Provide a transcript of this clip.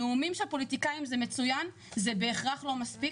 נאומים של פוליטיקאים אבל זה לא מספיק.